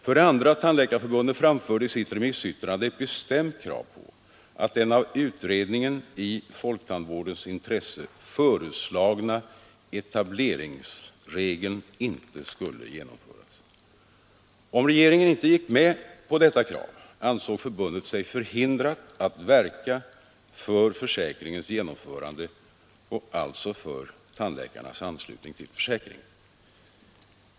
För det andra framförde Tandläkarförbundet i sitt remissyttrande ett bestämt krav på att den av utredningen i folktandvårdens intresse föreslagna etableringsregeln inte skulle genomföras. Om regeringen inte gick med på detta krav ansåg sig förbundet förhindrat att verka för försäkringens genomförande och alltså för tandläkarnas anslutning till försäkringen.